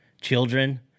children